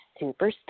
Superstar